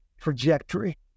trajectory